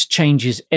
Changes